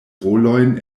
rolojn